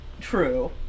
True